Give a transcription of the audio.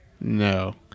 No